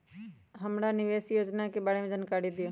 हमरा निवेस योजना के बारे में जानकारी दीउ?